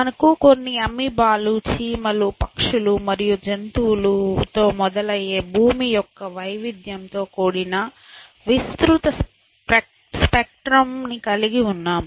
మనకు కొన్ని అమీబాలు చీమలు పక్షులు మరియు జంతువులు మొదలయ్యే భూమి యొక్క వైవిధ్యం తో కూడిన విస్తృత స్పెక్ట్రం ని కలిగి ఉన్నాం